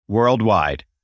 Worldwide